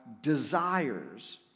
desires